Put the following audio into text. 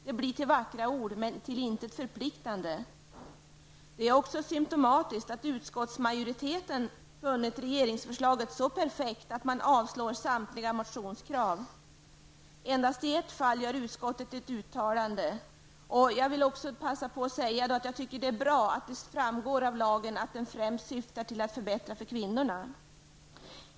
Det blir till vackra ord, men till intet förpliktande vackra ord. Det är också symptomatiskt att utskottsmajoriteten funnit regeringsförslaget så perfekt att man avstyrker samtliga motionskrav. Endast i ett fall gör utskottet ett uttalande. Jag vill passa på att säga att jag tycker att det är bra att det av lagen framgår att den främst syftar till att förbättra förhållandena för kvinnorna.